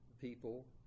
people